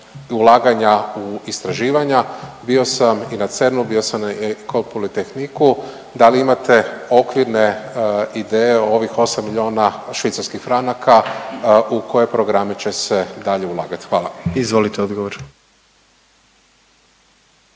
ulaganja u istraživanja, bio sam i na CERN-u, bio sam i na Ecole Polytechniqueu. Da li imate okvirne ideje ovih 8 milijuna švicarskih franaka u koje programe će se dalje ulagati? Hvala. **Jandroković,